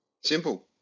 Simple